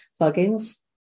plugins